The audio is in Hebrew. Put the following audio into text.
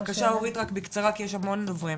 בבקשה אורית בקצרה, כי יש המון דוברים.